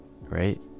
right